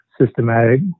systematic